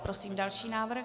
Prosím další návrh.